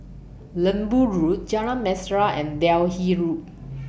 Lembu Road Jalan Mesra and Delhi Road